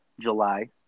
July